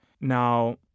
Now